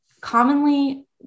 Commonly